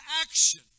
action